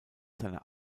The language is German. seiner